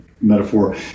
metaphor